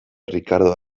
rikardo